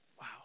Wow